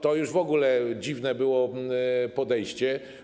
To już w ogóle dziwne było podejście.